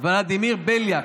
ולדימיר בליאק.